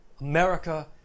America